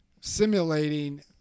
simulating